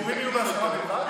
החיבורים יהיו בהסכמה בלבד?